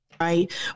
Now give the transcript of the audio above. Right